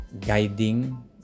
guiding